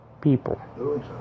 people